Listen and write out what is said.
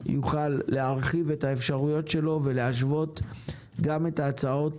יוכל להרחיב את האפשרויות שלו ולהשוות גם את ההצעות